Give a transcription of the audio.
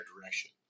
direction